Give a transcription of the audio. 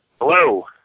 Hello